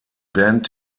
band